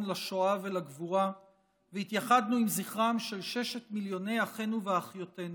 לשואה ולגבורה והתייחדנו עם זכרם של ששת מיליוני אחינו ואחיותינו.